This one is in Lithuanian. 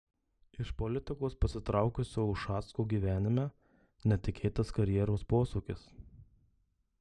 iš politikos pasitraukusio ušacko gyvenime netikėtas karjeros posūkis